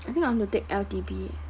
I think I want to take L_T_B eh